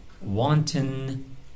wanton